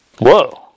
whoa